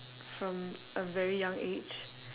from a very young age